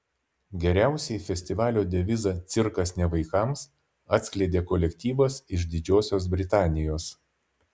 geriausiai festivalio devizą cirkas ne vaikams atskleidė kolektyvas iš didžiosios britanijos